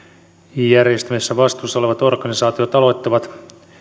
järjestämisestä vastuussa olevat organisaatiot aloittavat